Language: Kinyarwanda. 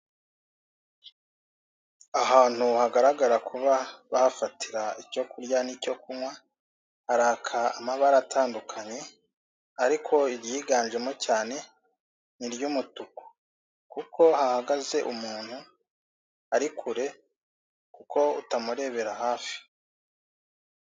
Ahantu hagaragara kuba wahafatira icyo kurya n'icyo kunywa haraka amabara atandukanye ariko iryiganjemo cyane ni iry'umutuku, kuko hahagaze umuntu uri kure kuko utamurebera hafi.